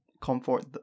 comfort